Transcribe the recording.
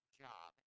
job